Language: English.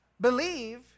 believe